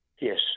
Yes